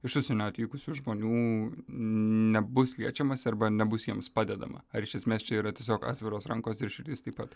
iš užsienio atvykusių žmonių nebus liečiamasi arba nebus jiems padedama ar iš esmės čia yra tiesiog atviros rankos ir širdis taip pat